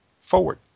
forward